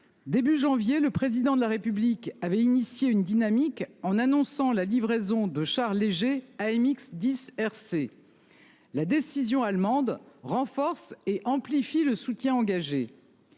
Début janvier, le président de la République avait initié une dynamique en annonçant la livraison de chars légers AMX 10 RC. La décision allemande renforce et amplifie le soutien engagé.